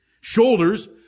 Shoulders